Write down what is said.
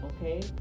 Okay